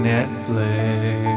Netflix